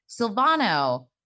Silvano